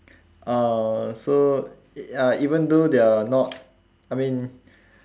uh so uh even though they're not I mean